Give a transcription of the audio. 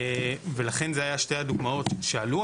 ולכן זה היה שתי הדוגמאות שעלו,